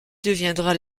deviendra